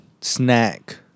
snack